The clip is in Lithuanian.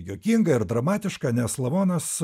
juokinga ir dramatiška nes lavonas